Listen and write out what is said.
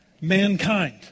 mankind